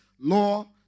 law